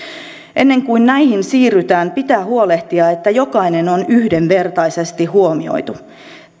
ennen kuin näihin siirrytään pitää huolehtia että jokainen on yhdenvertaisesti huomioitu